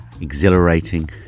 exhilarating